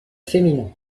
féminin